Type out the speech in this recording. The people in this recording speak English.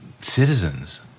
citizens